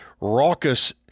raucous